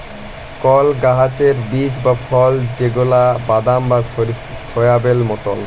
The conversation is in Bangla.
কলা গাহাচের বীজ বা ফল যেগলা বাদাম বা সয়াবেল মতল